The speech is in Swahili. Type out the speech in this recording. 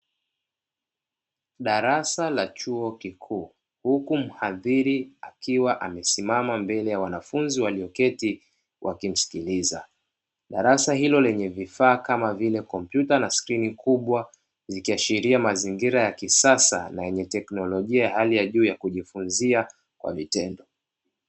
Darasa la chuo kikuu huku mhadhiri akiwa amesimama mbele ya wanafunzi walioketi wakimsikiliza, darasa hilo lenye vifaa kama vile kompyuta na skrini kubwa, zikiashiria mazingira ya kisasa na yenye teknolojia ya hali ya juu ya kujifunzia kwa vitendo.